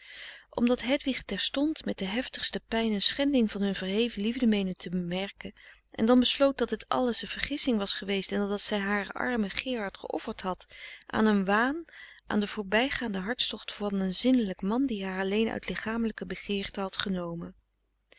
omdat hedwig terstond met de heftigste pijn een schending van hun verheven liefde meende te bemerken en dan besloot dat het alles een vergissing was geweest en dat zij haren armen gerard geofferd had aan een waan aan de voorbijgaande hartstocht van een zinnelijk man die haar alleen uit lichamelijke begeerte had genomen